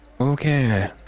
Okay